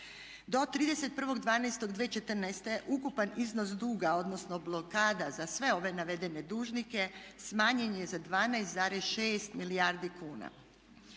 Do 31.12.2014. ukupan iznos duga odnosno blokada za sve ove navedene dužnike smanjen je za 12,6 milijardi kuna.